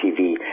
TV